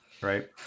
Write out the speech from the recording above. Right